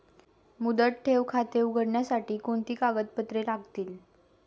मुदत ठेव खाते उघडण्यासाठी कोणती कागदपत्रे लागतील?